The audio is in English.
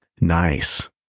Nice